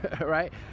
right